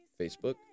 Facebook